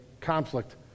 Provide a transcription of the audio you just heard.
conflict